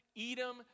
Edom